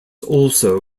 also